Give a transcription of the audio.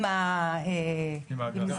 עם האגף.